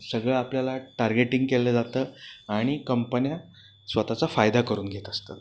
सगळं आपल्याला टारगेटिंग केलं जातं आणि कंपन्या स्वतःचा फायदा करून घेत असतात